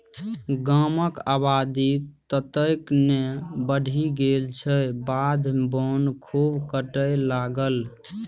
गामक आबादी ततेक ने बढ़ि गेल जे बाध बोन खूब कटय लागल